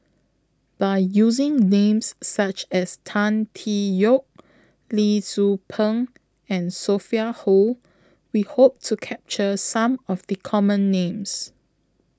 By using Names such as Tan Tee Yoke Lee Tzu Pheng and Sophia Hull We Hope to capture Some of The Common Names